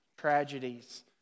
Tragedies